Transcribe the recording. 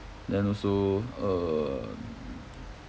then also um